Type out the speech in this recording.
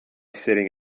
sitting